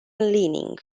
leaning